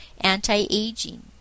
anti-aging